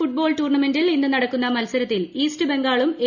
football ടൂർണമെന്റിൽ ഇന്ന് നടക്കുന്ന മത്സരത്തിൽ ഈസ്റ്റ് ബംഗാളും എ